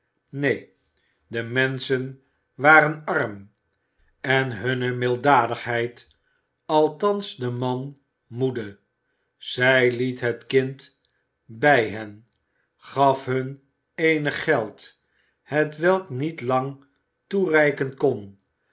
neen de menschen waren arm en hunne milddadigheid althans de man moede zij liet het kind bij hen gaf hun eenig geld hetwelk niet lang toereiken kon